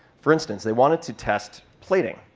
for instance, they wanted to test plating.